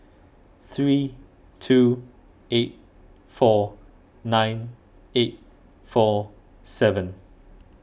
three two eight four nine eight four seven